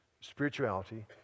spirituality